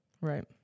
right